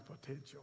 potential